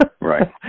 Right